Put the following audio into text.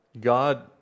God